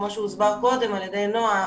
כפי שהוסבר קודם על ידי נעה,